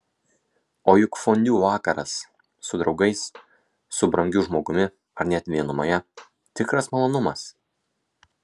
o juk fondiu vakaras su draugais su brangiu žmogumi ar net vienumoje tikras malonumas